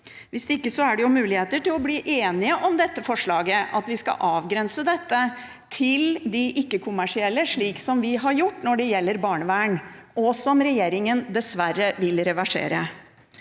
Hvis ikke er det jo muligheter til å bli enige om dette forslaget, at vi skal avgrense dette til de ikke-kommersielle, slik som vi har gjort når det gjelder barnevern – og som regjeringen dessverre vil reversere.